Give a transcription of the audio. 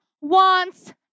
wants